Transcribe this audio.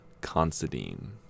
Considine